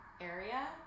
area